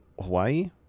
Hawaii